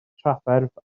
trafferth